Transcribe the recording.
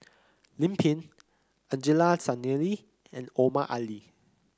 Lim Pin Angelo Sanelli and Omar Ali